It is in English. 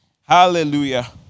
Hallelujah